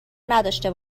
نداشته